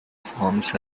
forms